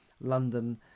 London